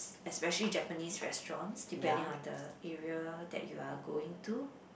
especially Japanese restaurants depending on the area that you are going to